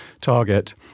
target